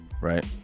right